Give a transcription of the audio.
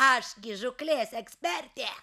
aš gi žūklės ekspertė